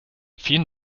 vielen